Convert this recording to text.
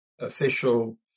official